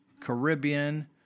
Caribbean